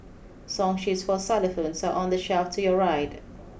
song sheets for xylophones are on the shelf to your right